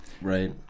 Right